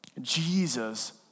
Jesus